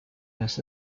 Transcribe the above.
has